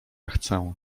chcę